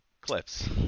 clips